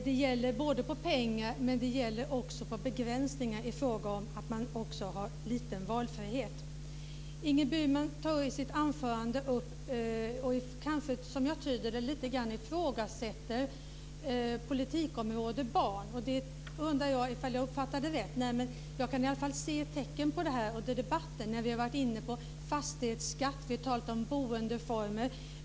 Det gäller pengar men också begränsningar, dvs. att de har liten valfrihet. Ingrid Burman tar i sitt anförande upp politikområdet barn och ifrågasätter det lite grann, som jag tyder det. Jag undrar om jag uppfattade det rätt. Jag kan i varje fall se tecken på det under debatten. Vi har varit inne på fastighetsskatt. Vi har talat om boendeformer.